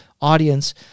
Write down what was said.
audience